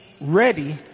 ready